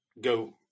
go